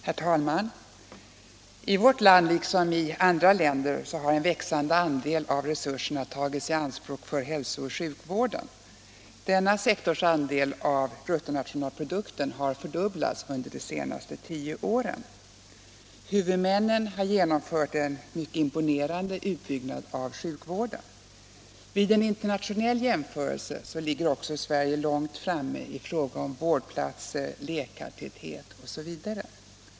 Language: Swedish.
Herr talman! I vårt land liksom i andra länder har en växande andel av resurserna tagits i anspråk för hälso och sjukvården. Denna sektors andel av bruttonationalprodukten har fördubblats under de senaste tio åren. Huvudmännen har genomfört en mycket imponerande utbyggnad av sjukvården. Vid en internationell jämförelse ligger också Sverige långt framme i fråga om vårdplatser, läkartäthet osv.